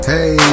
Hey